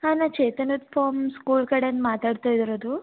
ಹಾಂ ನಾ ಚೈತನ್ಯದ ಫಾಮ್ ಸ್ಕೂಲ್ ಕಡೆಯಿಂದ ಮಾತಾಡ್ತಾ ಇರೋದು